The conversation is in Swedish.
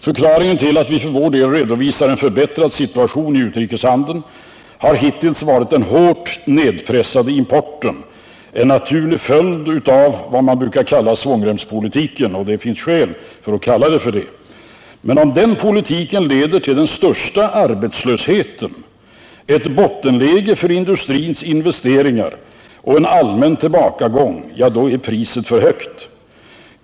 Förklaringen till att vi för vår del redovisar en förbättrad situation i utrikeshandeln har hittills varit den hårt nedpressade importen — en naturlig följd av vad man brukar kalla svångsremspolitiken, och det finns skäl att kalla den för det. Men om den politiken leder till den största arbetslösheten, ett bottenläge för industrins investeringar och en allmän tillbakagång, då är priset för högt.